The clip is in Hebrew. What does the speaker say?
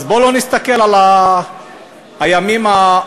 אז בואו לא נסתכל על הימים האחרונים,